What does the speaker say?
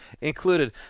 included